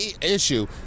issue